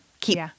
keep